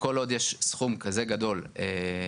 שכל עוד יש סכום כזה גדול בקרן,